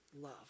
love